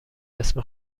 اسم